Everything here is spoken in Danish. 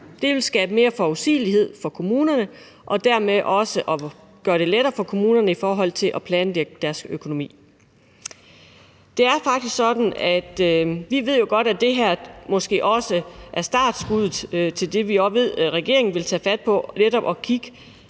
Det vil skabe mere forudsigelighed for kommunerne, og dermed vil det også gøre det lettere for kommunerne at planlægge deres økonomi. Det er faktisk sådan, at vi jo godt ved, at det her måske også er startskuddet til det, vi ved regeringen vil tage fat på i